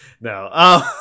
no